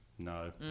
No